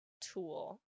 tool